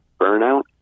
Burnout